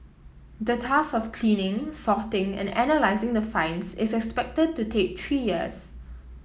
the task of cleaning sorting and analysing the finds is expected to take three years